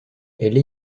elle